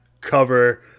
cover